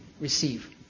receive